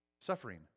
suffering